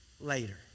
later